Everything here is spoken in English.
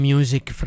Music